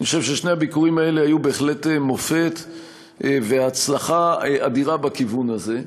אני חושב ששני הביקורים האלה היו בהחלט מופת והצלחה אדירה בכיוון הזה.